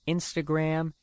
Instagram